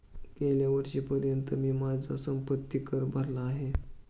गेल्या वर्षीपर्यंत मी माझा संपत्ति कर भरला आहे